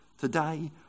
Today